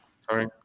Sorry